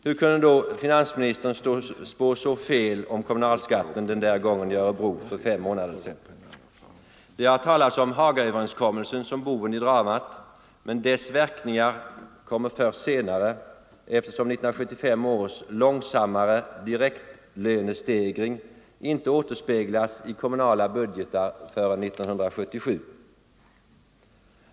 Hur kunde då finansministern spå så fel om kommunalskatten den där gången i Örebro för fem månader sedan? Det har talats om Hagaöverenskommelsen som boven i dramat, men dess verkningar kommer först senare eftersom 1975 års långsammare direktlönestegring inte återspeglas i kommunala budgetar förrän 1977.